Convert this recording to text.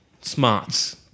Smarts